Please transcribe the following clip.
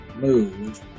move